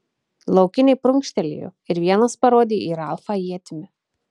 laukiniai prunkštelėjo ir vienas parodė į ralfą ietimi